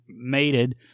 mated